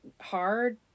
hard